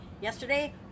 yesterday